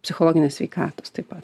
psichologinės sveikatos taip pat